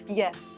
yes